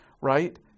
right